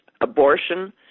abortion